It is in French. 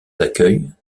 d’accueil